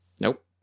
Nope